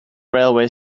railway